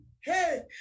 Hey